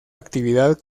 actividad